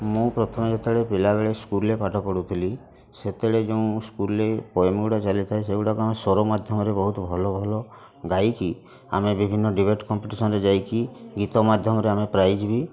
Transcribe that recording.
ମୁଁ ପ୍ରଥମେ ଯେତେବେଳେ ପିଲାବେଳେ ସ୍କୁଲରେ ପାଠ ପଢ଼ୁଥିଲି ସେତେବେଳେ ଯେଉଁ ସ୍କୁଲରେ ପୋଏମ୍ ଗୁଡ଼ା ଚାଲିଥାଏ ସେଗୁଡ଼ାକ ଆମେ ସ୍ୱର ମାଧ୍ୟମରେ ବହୁତ ଭଲ ଭଲ ଗାଇକି ଆମେ ବିଭିନ୍ନ ଡିବେଟ୍ କମ୍ପିଟିସନ୍ରେ ଯାଇକି ଗୀତ ମାଧ୍ୟମରେ ଆମେ ପ୍ରାଇଜ୍ ବି